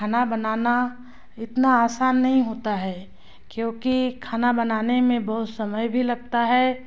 खाना बनाना इतना आसान नहीं होता है क्योंकि खाना बनाने में बहुत समय भी लगता है